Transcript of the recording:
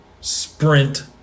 sprint